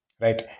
Right